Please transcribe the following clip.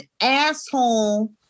asshole